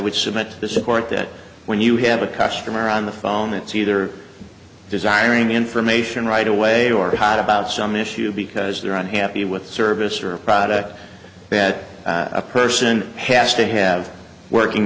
submit to support that when you have a customer on the phone it's either desiring information right away or hot about some issue because there aren't happy with service or a product that a person has to have working